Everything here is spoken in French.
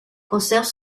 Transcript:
conserve